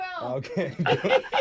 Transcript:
Okay